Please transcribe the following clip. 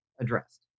addressed